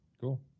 Cool